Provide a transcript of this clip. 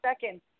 second